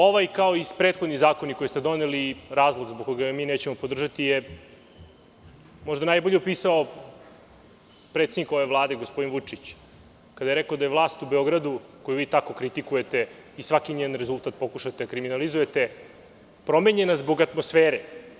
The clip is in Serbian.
Ovaj kao i prethodni zakoni koji ste doneli i razlog zbog koga mi nećemo podržati je možda najbolje opisao potpredsednik ove Vlade gospodin Vučić kada je rekao da je vlast u Beogradu, koju vi tako kritikujete i svaki njen rezultat pokušavate da kriminalizujete promenjena zbog atmosfere.